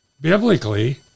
biblically